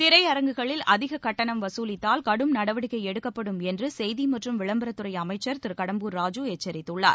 திரையரங்குகளில் அதிக கட்டணம் வசூலித்தால் கடும் நடவடிக்கை எடுக்கப்படும் என்று செய்தி மற்றும் விளம்பரத்துறை அமைச்சர் திரு கடம்பூர் ராஜு எச்சரித்துள்ளார்